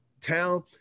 town